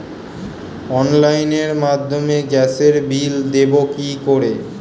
অনলাইনের মাধ্যমে গ্যাসের বিল দেবো কি করে?